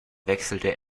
wechselte